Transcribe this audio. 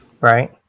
Right